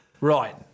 Right